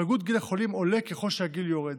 החולים עולה ככל שהגיל יורד,